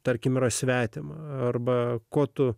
tarkim yra svetima arba ko tu